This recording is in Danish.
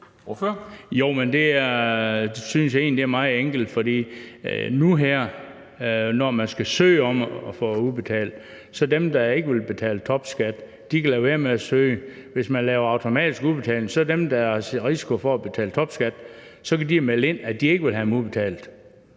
Jo, men jeg synes egentlig, det er meget enkelt, for når man, som det ligger nu, skal søge om at få pengene udbetalt, så kan dem, der ikke vil betale topskat, lade være med at søge, og hvis man laver automatisk udbetaling, så kan dem, der er i risiko for at betale topskat, melde ind, at de ikke vil have dem udbetalt.